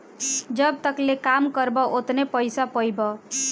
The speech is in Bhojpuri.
जब तकले काम करबा ओतने पइसा पइबा